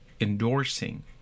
endorsing